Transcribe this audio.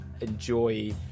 enjoy